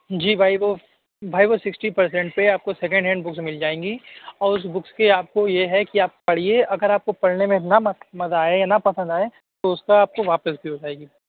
جی بھائی وہ بھائی وہ سکسٹی پرسینٹ پہ آپ کو سیکنڈ ہینڈ بکس مِل جائیں گی اور اُس بکس کی آپ کو یہ ہے کہ آپ پڑھیے اگر آپ کو پڑھنے میں نہ مزہ آئے یا نہ پسند آئے تو اُس کا آپ کو واپس بھی ہو جائے گی